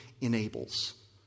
enables